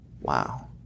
Wow